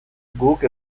guk